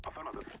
of um um the